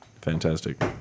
fantastic